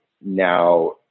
now